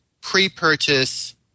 pre-purchase